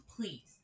please